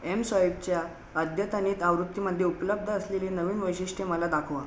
एमस्वाईपच्या अद्यतनित आवृत्तीमध्ये उपलब्ध असलेली नवीन वैशिष्ट्ये मला दाखवा